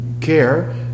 care